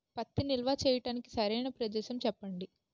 పత్తి నిల్వ చేయటానికి సరైన ప్రదేశం చెప్పండి?